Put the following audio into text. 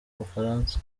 bufaransa